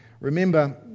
Remember